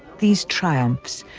these triumphs,